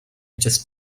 just